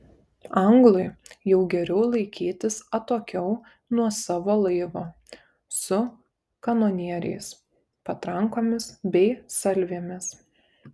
anglui jau geriau laikytis atokiau nuo savo laivo su kanonieriais patrankomis bei salvėmis